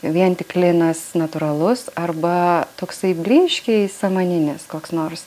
vien tik linas natūralus arba toksai blyškiai samaninis koks nors